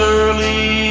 early